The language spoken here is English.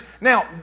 Now